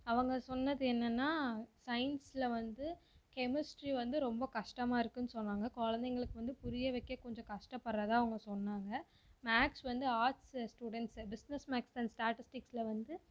அவங்க சொன்னது என்னென்னா சைன்ஸில் வந்து கெமிஸ்ட்ரி வந்து ரொம்ப கஷ்டமாக இருக்குன்னு சொன்னாங்க குழந்தைங்களுக்கு வந்து புரியவைக்க கொஞ்சம் கஷ்டப்படுகிறதா அவங்க சொன்னாங்க மேக்ஸ் வந்து arts students business maths and ஸ்டாட்டிஸ்டிக்ஸில் வந்து